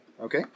Okay